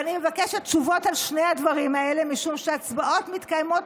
ואני מבקשת תשובות על שני הדברים האלה משום שהצבעות מתקיימות